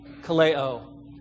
kaleo